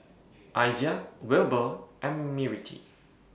Izaiah Wilber and Mirtie